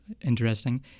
interesting